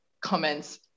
comments